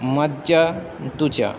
मज्ज तुचा